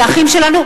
זה האחים שלנו,